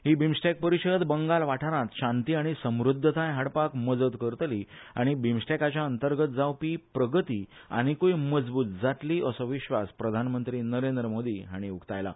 ही BIMSTEC परिषद बंगाल वाठारात शांती आनी समृध्दताय हाडपाक मजत करतलो आनी बिंमस्टॅकाच्या अंतर्गत जावपी प्रगती आनीकुय मजबुत जातली असो विश्वास प्रधानमंत्री नरेंद्र मोदी हाणी उक्तायला